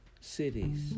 cities